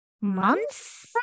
months